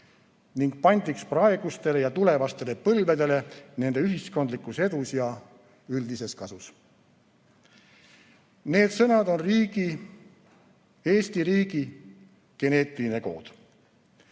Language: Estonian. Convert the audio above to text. ning pandiks praegustele ja tulevastele põlvedele nende ühiskondlikus edus ja üldises kasus. Need sõnad on Eesti riigi geneetiline kood.